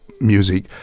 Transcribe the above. music